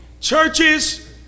churches